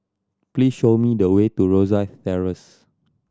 please show me the way to Rosyth Terrace